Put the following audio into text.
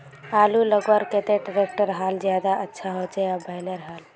आलूर लगवार केते ट्रैक्टरेर हाल ज्यादा अच्छा होचे या बैलेर हाल?